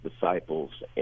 disciples